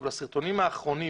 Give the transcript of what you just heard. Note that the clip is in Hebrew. אבל הסרטונים האחרונים